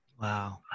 Wow